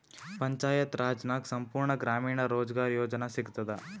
ಪಂಚಾಯತ್ ರಾಜ್ ನಾಗ್ ಸಂಪೂರ್ಣ ಗ್ರಾಮೀಣ ರೋಜ್ಗಾರ್ ಯೋಜನಾ ಸಿಗತದ